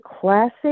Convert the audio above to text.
classic